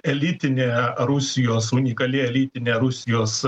elitinė rusijos unikali elitinė rusijos